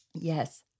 Yes